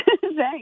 Thanks